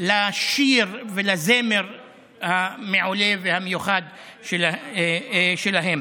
לשיר ולזמר המעולה והמיוחד שלהם.